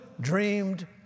dreamed